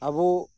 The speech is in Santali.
ᱟᱵᱚ